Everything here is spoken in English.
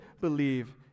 believe